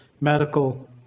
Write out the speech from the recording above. medical